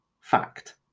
fact